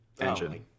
engine